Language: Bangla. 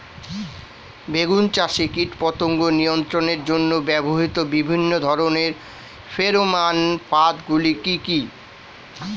বেগুন চাষে কীটপতঙ্গ নিয়ন্ত্রণের জন্য ব্যবহৃত বিভিন্ন ধরনের ফেরোমান ফাঁদ গুলি কি কি?